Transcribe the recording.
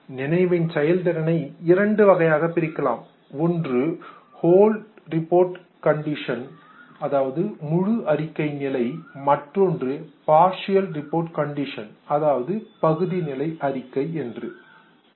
நினைவின் செயல்திறனை 2 வகையாக பிரிக்கலாம் ஒன்று ஹோல் ரிப்போர்ட் கண்டிஷன் முழு அறிக்கை நிலை மற்றொன்று பார்சியல் ரிப்போர்ட் கண்டிஷன் பகுதி அறிக்கை நிலை